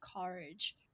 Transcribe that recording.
courage